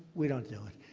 we don't do.